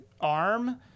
arm